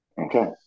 Okay